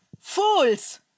fools